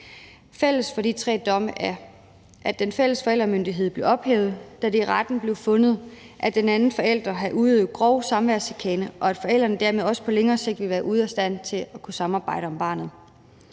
Fælles for de tre domme er, at den fælles forældremyndighed blev ophævet, da det af retten blev fundet, at den anden forælder havde udøvet grov samværschikane, og at forældrene dermed også på længere sigt ville være ude af stand til at kunne samarbejde om barnet.